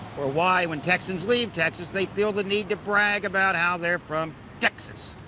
or why, when texans leave texas, they feel the need to brag about how they're from texas.